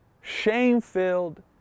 shame-filled